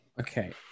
Okay